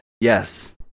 yes